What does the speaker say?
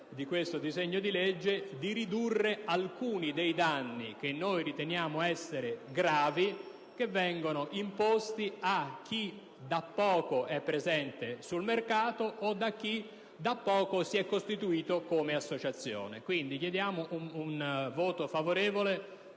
di questo disegno di legge - di ridurre alcuni dei danni, che noi riteniamo essere gravi, che vengono imposti a chi da poco è presente sul mercato o a chi da poco si è costituito come associazione. Invitiamo, quindi, ad un voto favorevole